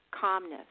calmness